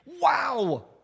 Wow